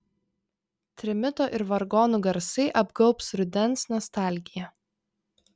trimito ir vargonų garsai apgaubs rudens nostalgija